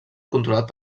controlat